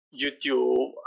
YouTube